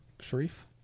Sharif